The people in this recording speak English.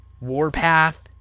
Warpath